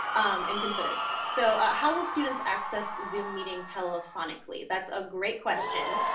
and considered. so how will students access zoom meeting telephonically. that's a great question.